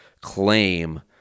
claim